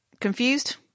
Confused